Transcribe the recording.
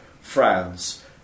France